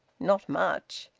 not much!